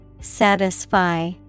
Satisfy